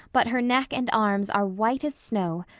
but her neck and arms are white as snow.